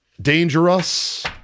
Dangerous